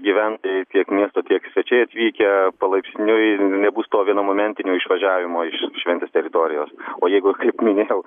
gyventojai tiek miesto tiek svečiai atvykę palaipsniui nebus to vieno momentinio išvažiavimo iš šventės teritorijos o jeigu kaip minėjau